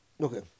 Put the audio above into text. Okay